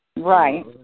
Right